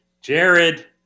Jared